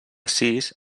sis